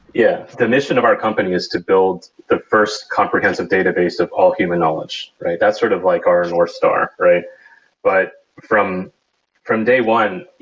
yeah. the mission of our company is to build the first comprehensive database of all human knowledge. that's sort of like our north star. but from from day one,